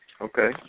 Okay